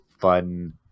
fun